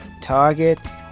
targets